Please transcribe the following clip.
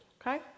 Okay